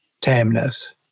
tameness